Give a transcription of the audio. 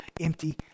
empty